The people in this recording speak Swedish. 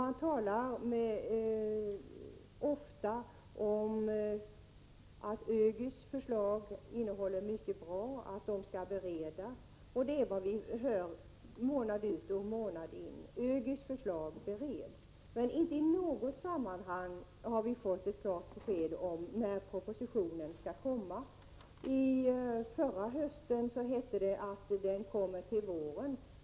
Man talar ofta om att ÖGY:s förslag är bra, att de skall beredas osv. Det är vad vi hör månad ut och månad in — men inte i något sammanhang har vi fått ett klart besked om när propositionen skall läggas fram. Förra hösten sades det att den skulle komma till våren.